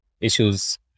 issues